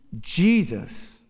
Jesus